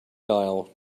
aisle